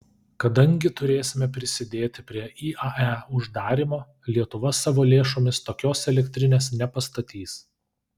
kadangi turėsime prisidėti prie iae uždarymo lietuva savo lėšomis tokios elektrinės nepastatys